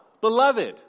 Beloved